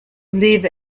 leave